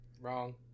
Wrong